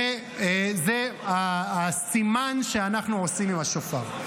וזה הסימן שאנחנו עושים עם השופר.